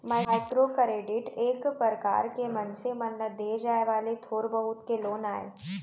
micro credit एक परकार के मनसे मन ल देय जाय वाले थोर बहुत के लोन आय